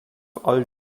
all